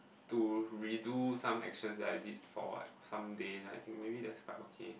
to redo some actions that I did for like some days then I think maybe that's quite okay